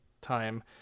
time